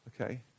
Okay